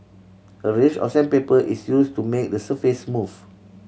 a range of sandpaper is use to make the surface smooth